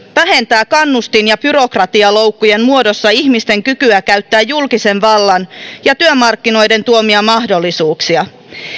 vähentää kannustin ja byrokratialoukkujen muodossa ihmisten kykyä käyttää julkisen vallan ja työmarkkinoiden tuomia mahdollisuuksia